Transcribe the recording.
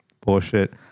Bullshit